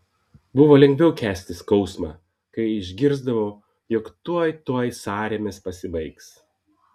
buvo lengviau kęsti skausmą kai išgirsdavau jog tuoj tuoj sąrėmis pasibaigs